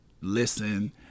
listen